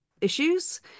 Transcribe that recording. issues